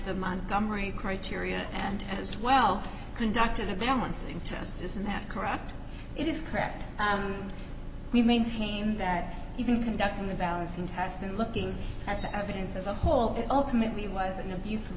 the montgomery criteria and as well conducting a balancing test isn't that correct it is correct and we maintain that even conducting the balancing test and looking at the evidence as a whole that ultimately was an abuse